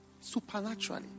supernaturally